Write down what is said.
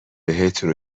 بهتون